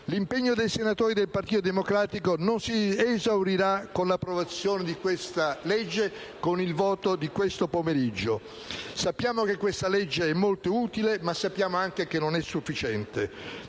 L'impegno dei senatori del Partito Democratico non si esaurirà con l'approvazione del disegno di legge in esame, con il voto di questo pomeriggio: sappiamo che è molto utile, ma sappiamo anche che non è sufficiente.